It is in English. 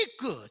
good